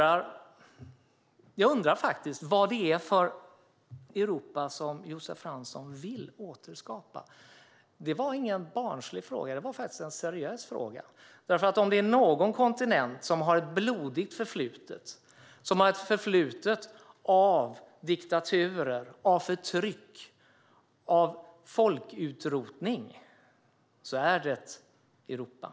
Jag undrar faktiskt vad det är för Europa som Josef Fransson vill återskapa. Det var ingen barnslig fråga, utan en seriös fråga. Om det är någon kontinent som har ett blodigt förflutet, med diktaturer, förtryck och folkutrotning, är det Europa.